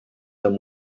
them